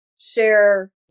share